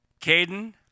Caden